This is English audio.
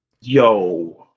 yo